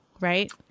right